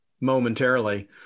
momentarily